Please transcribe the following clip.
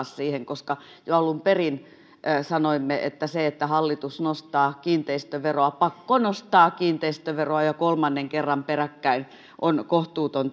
siihen koska jo alun perin sanoimme että se että hallitus nostaa kiinteistöveroa pakkonostaa kiinteistöveroa jo kolmannen kerran peräkkäin on kohtuuton